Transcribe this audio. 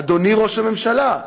אדוני ראש הממשלה,